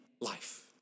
life